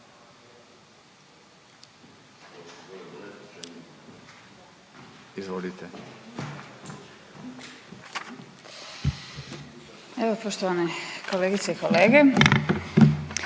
ministarstva, poštovane kolegice i kolege.